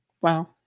Wow